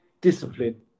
discipline